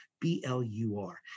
b-l-u-r